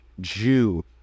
Jew